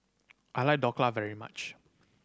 I like Dhokla very much